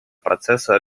процесса